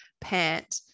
pant